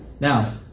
Now